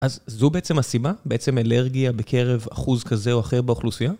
אז זו בעצם הסיבה, בעצם אלרגיה בקרב אחוז כזה או אחר באוכלוסייה.